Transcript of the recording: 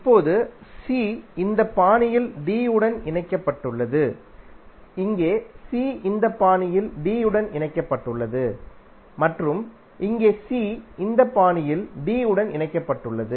இப்போது c இந்த பாணியில் d உடன் இணைக்கப்பட்டுள்ளது இங்கே c இந்த பாணியில் d உடன் இணைக்கப்பட்டுள்ளது மற்றும் இங்கே c இந்த பாணியில் d உடன் இணைக்கப்பட்டுள்ளது